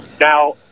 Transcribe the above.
Now